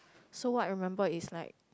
so what I remember is like